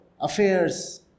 affairs